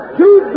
two